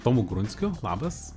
tomu grunskiu labas